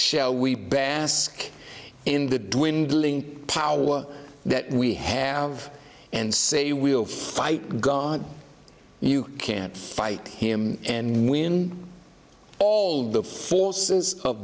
shall we bask in the dwindling power that we have and say we'll fight god you can't fight him and when all the forces of